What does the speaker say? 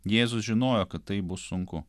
jėzus žinojo kad tai bus sunku